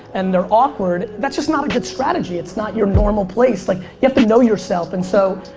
and they're awkward, that's just not a good strategy, it's not your normal place like, you have to know yourself. and so,